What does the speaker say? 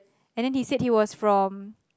and then he said he was from